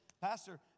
Pastor